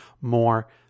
more